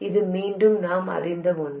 இது மீண்டும் நாம் அறிந்த ஒன்று